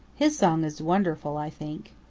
his song is wonderful, i think.